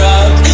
up